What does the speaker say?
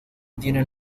tienen